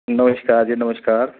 नमस्कार जी नमस्कार